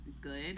good